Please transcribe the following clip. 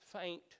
faint